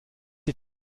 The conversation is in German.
die